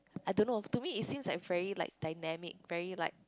I don't know to me it seems like very like dynamic very like